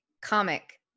comic